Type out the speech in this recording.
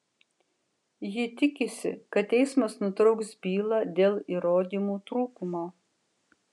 ji tikisi kad teismas nutrauks bylą dėl įrodymų trūkumo